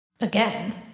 Again